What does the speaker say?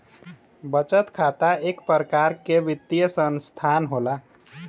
बचत खाता इक परकार के वित्तीय सनसथान होला